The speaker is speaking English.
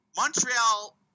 Montreal